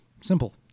simple